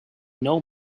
know